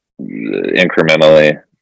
incrementally